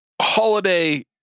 Holiday